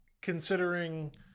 considering